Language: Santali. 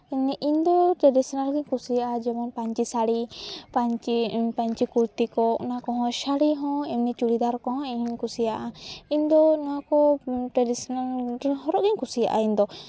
ᱤᱧ ᱫᱚ ᱴᱨᱟᱰᱤᱥᱚᱱᱟᱞ ᱜᱮ ᱠᱩᱥᱤᱭᱟᱜᱼᱟ ᱡᱮᱢᱚᱱ ᱯᱟᱹᱧᱪᱤ ᱥᱟᱹᱲᱤ ᱯᱟᱹᱧᱪᱤ ᱠᱩᱨᱛᱤ ᱠᱚ ᱚᱱᱟ ᱠᱚᱦᱚᱸ ᱥᱟᱹᱲᱤ ᱦᱚᱸ ᱮᱢᱱᱤ ᱪᱩᱲᱤᱫᱟᱨ ᱠᱚᱦᱚᱸ ᱤᱧ ᱠᱩᱥᱤᱭᱟᱜᱼᱟ ᱤᱧ ᱫᱚ ᱱᱚᱣᱟ ᱠᱚ ᱴᱨᱟᱰᱤᱥᱚᱱᱟᱞ ᱦᱚᱨᱚᱜ ᱜᱮᱧ ᱠᱩᱥᱤᱭᱟᱜᱼᱟ ᱤᱧ ᱫᱚ